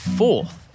fourth